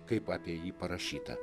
kaip apie jį parašyta